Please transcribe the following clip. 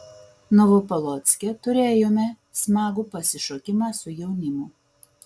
novopolocke turėjome smagų pasišokimą su jaunimu